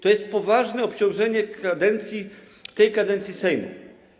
To jest poważne obciążenie dla tej kadencji Sejmu.